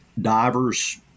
divers